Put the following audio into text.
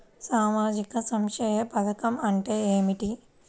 సామాజిక సంక్షేమ పథకం అంటే ఏమిటి?